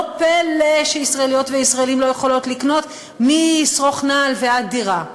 לא פלא שישראליות וישראלים לא יכולות לקנות משרוך נעל ועד דירה.